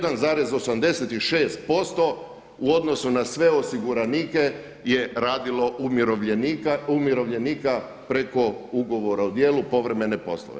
1,86% u odnosu na sve osiguranike je radilo umirovljenika preko ugovora o djelu povremene poslove.